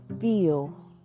feel